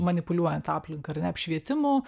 manipuliuojant aplinka ar ne apšvietimo